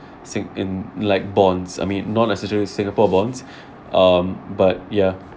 sing~ in like bonds I mean not necessarily singapore bonds um but ya